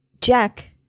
Jack